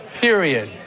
Period